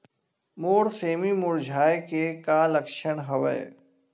मोर सेमी मुरझाये के का लक्षण हवय?